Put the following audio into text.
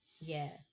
Yes